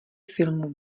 filmu